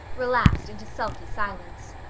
relapsed into sulky silence.